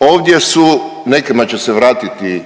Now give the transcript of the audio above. ovdje su nekima će se vratiti